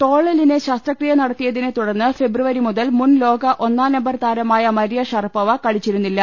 തോളെല്ലിന് ശസ്ത്രക്രിയ നടത്തിയതിനെ തുടർന്ന് ഫിബ്ര വരി മുതൽ മുൻലോക ഒന്നാംനമ്പർ താരമായി മരിയഷറപ്പോവ കളിച്ചിരുന്നില്ല